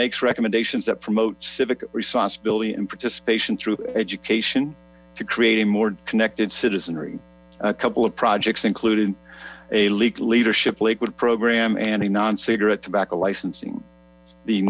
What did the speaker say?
makes recommendations that promote civic responsibility and participation through education to create a more connected citizenry a couple of projects including a league leadership lakewood program and a nn cigaret tobacco licensing the